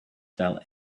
fell